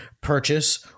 purchase